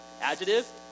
adjective